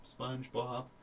SpongeBob